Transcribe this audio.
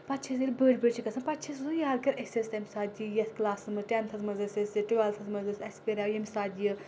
پَتہٕ چھِ أسۍ ییٚلہِ بٔڑۍ بٔڑۍ چھِ گژھان پَتہٕ چھِ أسۍ زٕ یاد کٔر أسۍ ٲسۍ تمہِ ساتہٕ یہِ یَتھ کٕلاسَس منٛز ٹؠنتھَس منٛز ٲسۍ أسۍ یہِ ٹُویٚلتھَس منٛز ٲسۍ اَسہِ کَرو ییٚمہِ ساتہٕ یہِ